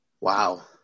Wow